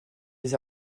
des